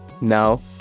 Now